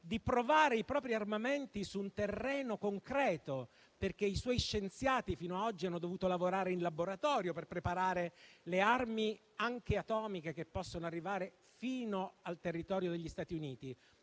di provare i propri armamenti su un terreno concreto, perché i suoi scienziati fino a oggi hanno dovuto lavorare in laboratorio per preparare le armi anche atomiche che possono arrivare fino al territorio degli Stati Uniti.